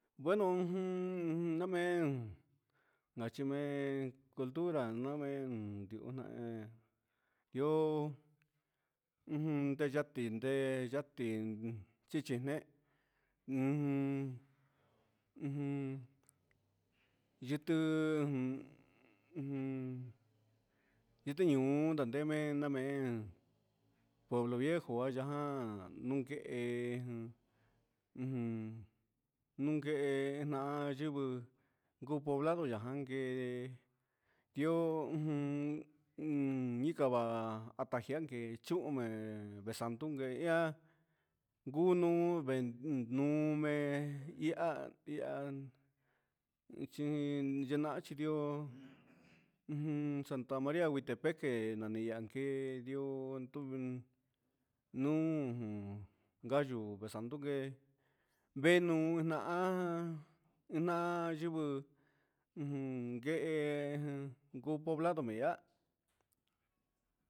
Bueno ujun una men ngachimen cultura namen ihó jian me'en ihó, yatinde yatin chichinén ujun yutu ujun yutu ño'o nandeme namen pueblo viejo aya'an nduken, un nduken nayingui ngu volado nayangue ihó un uun ndikava'a vachentumen nixandunke ihá ngununmen nguu ihá ihá chena xhi ihó santa maria jutepec nani xhi ihá, ke di'ó tió nujun, gallo vee xandungue vee nunná na'a enya'a ndugu ngué kuu poblado nguiá.